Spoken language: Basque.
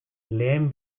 lehen